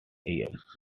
years